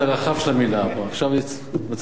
אנחנו עכשיו בצד המצומצם של המלה.